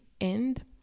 end